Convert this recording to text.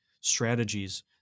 strategies